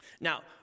Now